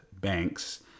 Banks